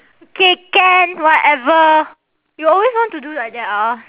okay can whatever you always want to do like that ah